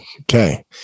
okay